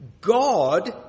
God